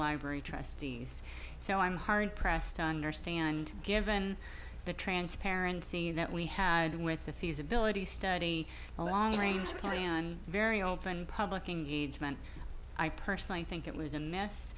library trustee so i'm hard pressed to understand given the transparency that we had with the feasibility study a long range plan and very open public and i personally think it was a mess